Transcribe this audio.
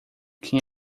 quem